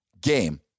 game